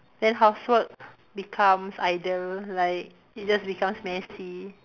then housework becomes idle like it just becomes messy